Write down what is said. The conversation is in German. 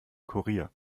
kurier